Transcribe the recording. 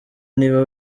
niba